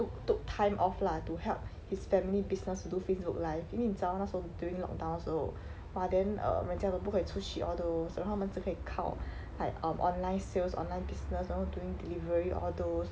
took took time off lah to help his family business to do Facebook live 因为你知道那时候 during lockdown 的时候 !wah! then err 人家都不可以出去 all those 然后他们只可以靠 like um online sales online business 然后 doing delivery all those